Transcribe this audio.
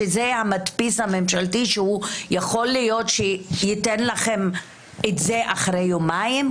שזה המדפיס הממשלתי שיכול להיות שהוא ייתן לכם את זה אחרי יומיים,